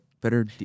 better